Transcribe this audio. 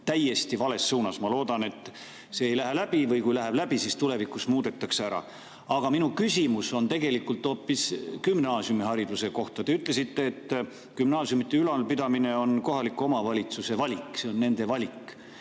täiesti vales suunas. Ma loodan, et see ei lähe läbi, või kui läheb läbi, siis tulevikus muudetakse ära. Aga minu küsimus on tegelikult hoopis gümnaasiumihariduse kohta. Te ütlesite, et gümnaasiumide ülalpidamine on kohaliku omavalitsuse valik. No päris nii